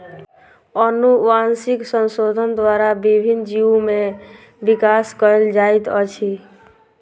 अनुवांशिक संशोधन द्वारा विभिन्न जीव में विकास कयल जाइत अछि